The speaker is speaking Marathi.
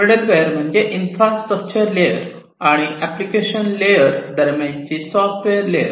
मिडलवेअर म्हणजे इन्फ्रास्ट्रक्चर लेअर आणि एप्लिकेशन्स लेअर दरम्यान ची सॉफ्टवेअर लेअर